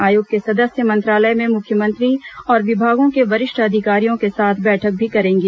आयोग के सदस्य मंत्रालय में मुख्यमंत्री और विभागों के वरिष्ठ अधिकारियों के साथ बैठक भी करेंगे